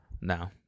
No